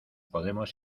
podemos